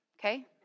okay